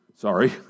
Sorry